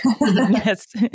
Yes